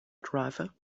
driver